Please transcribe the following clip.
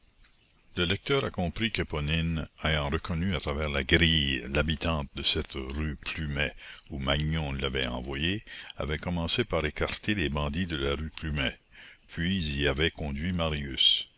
le lecteur a compris qu'éponine ayant reconnu à travers la grille l'habitante de cette rue plumet où magnon l'avait envoyée avait commencé par écarter les bandits de la rue plumet puis y avait conduit marius